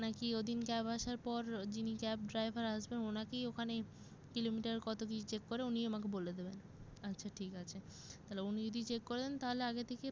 নাকি ও দিন ক্যাব আসার পর যিনি ক্যাব ড্রাইভার আসবেন ওনাকেই ওখানে কিলোমিটার কতো কী চেক করে উনিই আমাকে বলে দেবেন আচ্ছা ঠিক আছে তালে উনি যদি চেক করে দেন তাহলে আগে থেকে